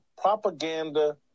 propaganda